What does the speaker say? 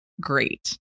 great